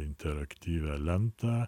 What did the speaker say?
interaktyvią lentą